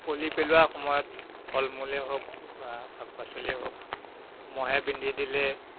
কলি পেলোৱা সময়ত ফল মূলেই হওক বা শাক পাচলিয়ে হওক মহে বিন্ধি দিলে